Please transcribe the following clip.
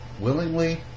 willingly